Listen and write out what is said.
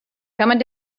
coming